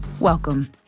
welcome